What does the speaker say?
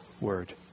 Word